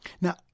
Now